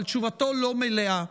אבל תשובתו לא מלאה.